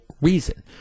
reason